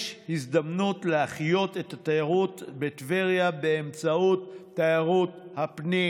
יש הזדמנות להחיות את התיירות בטבריה באמצעות תיירות הפנים,